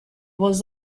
was